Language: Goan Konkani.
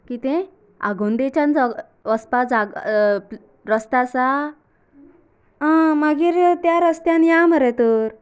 कितें आगेंदेच्यान जागो वचपाक जागो रस्तो आसा आं मागीर त्या रस्त्यान या मरे तर